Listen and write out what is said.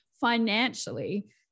financially